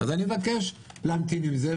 אז אני מבקש להמתין עם זה,